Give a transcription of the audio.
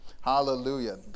Hallelujah